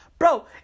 Bro